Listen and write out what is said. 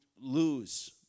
lose